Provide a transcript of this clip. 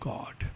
God